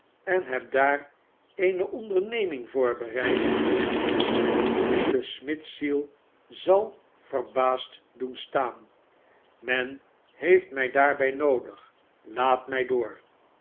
en heb daar eene onderneming voorbereid die uwe smidsziel zal verbaasd doen taan men heeft mij daarbij noodig laat mij door